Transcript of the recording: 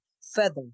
feather